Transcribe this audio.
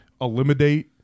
Eliminate